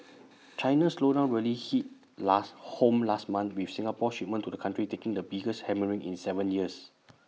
China's slowdown really hit last home last month with Singapore's shipments to the country taking the biggest hammering in Seven years